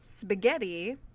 spaghetti